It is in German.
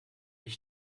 ich